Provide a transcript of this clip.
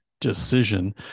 decision